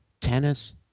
tennis